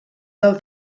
del